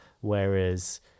Whereas